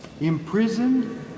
Imprisoned